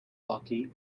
donkey